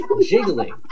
jiggling